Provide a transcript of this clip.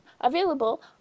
Available